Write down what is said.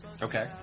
Okay